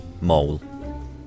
Mole